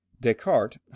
Descartes